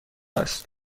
است